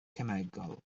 cemegol